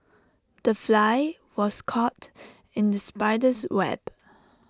the fly was caught in the spider's web